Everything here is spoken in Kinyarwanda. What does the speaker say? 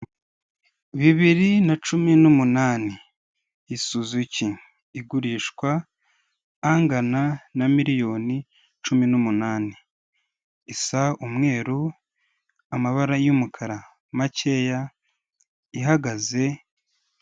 Bibiri na cumi n'umunani isuzuki igurishwa angana na miliyoni cumi n'umuani isa umweru amabara y'umukara makeya ihagaze.